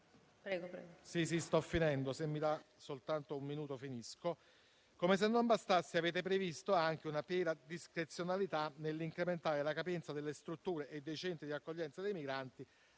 come se non bastasse, avete previsto una piena discrezionalità nell'incrementare la capienza delle strutture e dei centri di accoglienza dei migranti